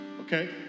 Okay